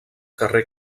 carrer